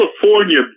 California